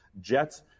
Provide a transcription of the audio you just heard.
Jets